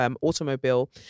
automobile